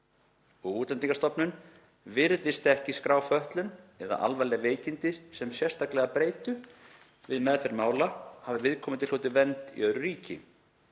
og Útlendingastofnun virðist ekki skrá fötlun eða alvarleg veikindi sem sérstaka breytu við meðferð mála hafi viðkomandi hlotið vernd í öðru ríki.